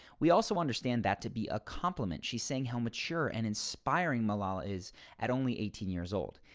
we also understand that to be a compliment. she's saying how mature and inspiring malala is at only eighteen years old.